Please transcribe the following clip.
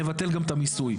נבטל גם את המיסוי.